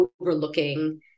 overlooking